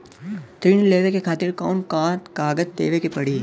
ऋण लेवे के खातिर कौन कोन कागज देवे के पढ़ही?